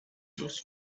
thus